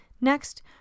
Next